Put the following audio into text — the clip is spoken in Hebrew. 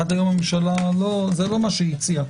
עד היום זה לא מה שהממשלה הציעה.